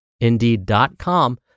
indeed.com